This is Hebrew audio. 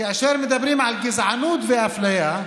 כאשר מדברים על גזענות ואפליה,